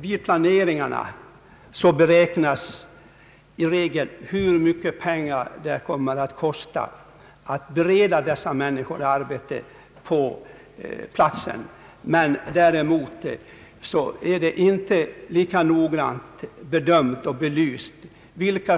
Vid planeringarna beräknas i regel hur mycket pengar det kommer att kosta att bereda dessa människor arbete på platsen; däremot bedömer och belyser man inte lika noggrant de